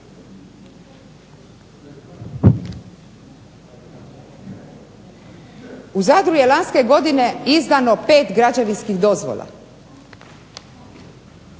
U Zadru je lanjske godine izdano 5 građevinskih dozvola.